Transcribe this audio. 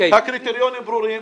הרי הקריטריונים ברורים.